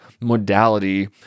modality